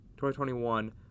2021